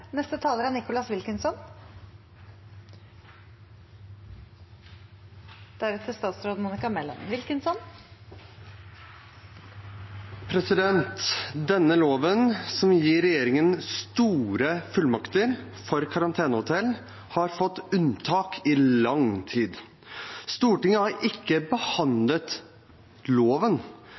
Denne loven, som gir regjeringen store fullmakter når det gjelder karantenehotell, har fått unntak i lang tid. Stortinget har ikke behandlet loven,